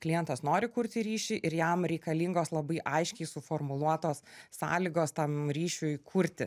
klientas nori kurti ryšį ir jam reikalingos labai aiškiai suformuluotos sąlygos tam ryšiui kurti